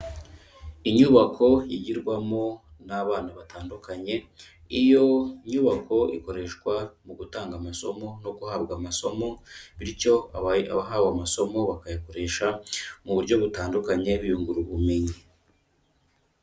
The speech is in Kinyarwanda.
Inyubako yigirwamo n'abana batandukanye, iyo nyubako ikoreshwa mu gutanga amasomo no guhabwa amasomo bityo abahawe amasomo bakayakoresha mu buryo butandukanye biyungura ubumenyi.